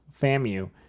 FAMU